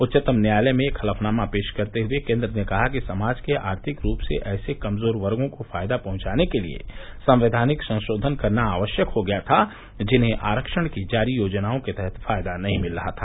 उच्चतम न्यायालय में एक हलफनामा पेश करते हुए केन्द्र ने कहा कि समाज के आर्थिक रूप से ऐसे कमजोर वर्गों को फायदा पहचाने के लिए संवैधानिक संशोधन करना आवश्यक हो गया था जिन्हें आरक्षण की जारी योजनाओं के तहत फायदा नहीं मिल रहा था